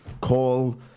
call